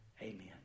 Amen